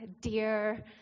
dear